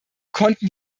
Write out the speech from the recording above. konnten